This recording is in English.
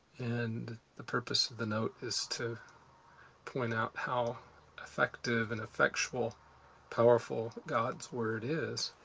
and the purpose of the note is to point out how effective and effectual powerful god's word is.